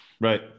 Right